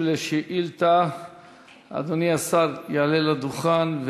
אדוני השר יעלה לדוכן,